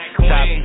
Top